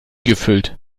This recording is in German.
gefüllt